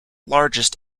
largest